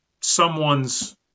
someone's